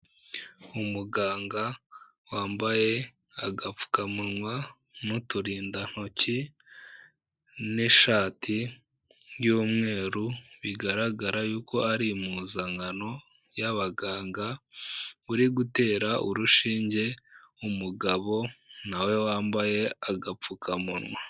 Umuganga wambaye agapfukamunwa n'uturindantoki n'ishati y'umweru bigaragara yuko ari impuzankano y'abaganga, uri gutera urushinge umugabo nawe wambaye agapfukamunwa.